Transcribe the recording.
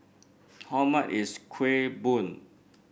how much is Kueh Bom